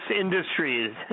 industries